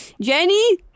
Jenny